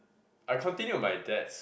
I continue my dads